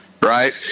right